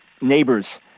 neighbors